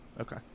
Okay